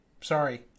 sorry